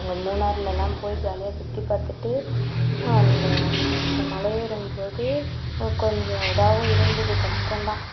அங்கே மூனார்லலாம் போய் ஜாலியாக சுற்றி பார்த்துட்டு வந்தோம் மலை ஏறும் போது கொஞ்சம் இதாகவும் இருந்தது கஷ்டம் தான்